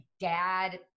dad –